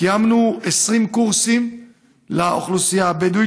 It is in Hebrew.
קיימנו 20 קורסים לאוכלוסייה הבדואית,